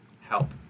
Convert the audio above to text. help